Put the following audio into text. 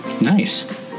Nice